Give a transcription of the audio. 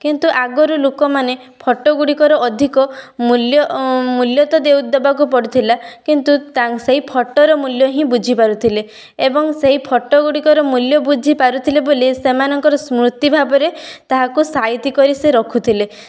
କିନ୍ତୁ ଆଗରୁ ଲୋକମାନେ ଫଟୋ ଗୁଡ଼ିକର ଅଧିକ ମୂଲ୍ୟ ମୂଲ୍ୟ ତ ଦେଉ ଦେବାକୁ ପଡ଼ୁଥିଲା କିନ୍ତୁ ତା ସେଇ ଫଟୋର ମୂଲ୍ୟ ହିଁ ବୁଝିପାରୁଥିଲେ ଏବଂ ସେଇ ଫଟୋ ଗୁଡ଼ିକର ମୂଲ୍ୟ ବୁଝିପାରୁଥିଲେ ବୋଲି ସେମାନଙ୍କର ସ୍ମୃତି ଭାବରେ ତାହାକୁ ସାଇତି କରି ସେ ରଖୁଥିଲେ